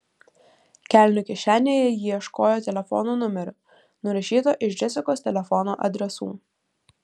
kelnių kišenėje ji ieškojo telefono numerio nurašyto iš džesikos telefono adresų